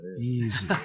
easy